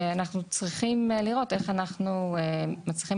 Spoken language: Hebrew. אנחנו צריכים לראות איך אנחנו מצליחים